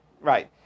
right